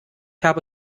habe